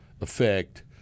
effect